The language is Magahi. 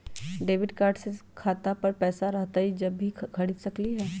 डेबिट कार्ड से खाता पर पैसा रहतई जब ही खरीद सकली ह?